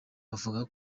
bavuga